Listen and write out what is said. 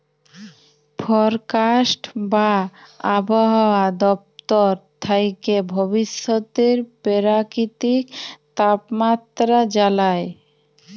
forecast বা আবহাওয়া দপ্তর থ্যাকে ভবিষ্যতের পেরাকিতিক তাপমাত্রা জালায়